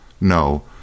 No